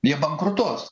jie bankrutuos